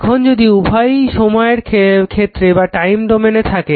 এখন যদি উভয়ই সময়ের ক্ষেত্রে থাকে